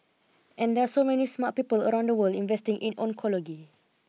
and there are so many smart people around the world investing in oncology